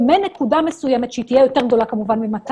ומנקודה מסוימת שתהיה יותר גדולה, כמובן, מ-200